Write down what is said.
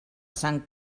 sant